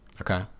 Okay